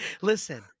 Listen